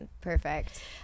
Perfect